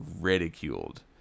ridiculed